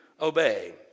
obey